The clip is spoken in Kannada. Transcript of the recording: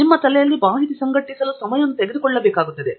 ನಿಮ್ಮ ತಲೆಯಲ್ಲಿ ಮಾಹಿತಿ ಸಂಘಟಿಸಲು ಸಮಯವನ್ನು ತೆಗೆದುಕೊಳ್ಳಬೇಕಾಗುತ್ತದೆ